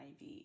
IV